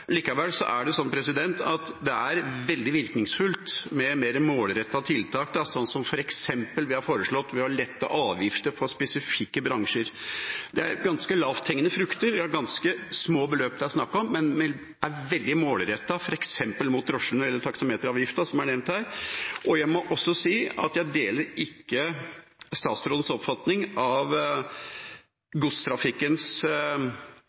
Likevel er det sånn at det er veldig virkningsfullt med mer målrettede tiltak, sånn som vi f.eks. har foreslått ved å lette avgifter for spesifikke bransjer. Det er ganske lavthengende frukter, ganske små beløp det er snakk om, men det er veldig målrettet, f.eks. mot drosjene, eller taksameteravgiften, som er nevnt her. Jeg må også si at jeg ikke deler statsrådens oppfatning av